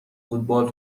فوتبال